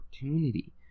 opportunity